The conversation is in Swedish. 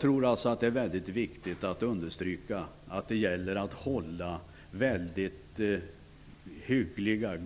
Det är viktigt att understryka att det gäller att hålla